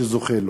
שהוא זוכה לו.